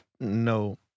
no